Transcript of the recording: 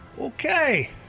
Okay